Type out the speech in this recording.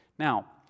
Now